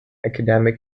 academic